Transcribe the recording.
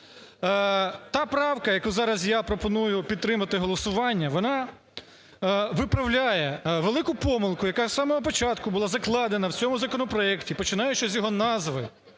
Та правка, яку зараз я пропоную підтримати голосуванням, вона виправляє велику помилку, яка з самого початку була закладена в цьому законопроекті, починаючи з його назви.